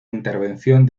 intervención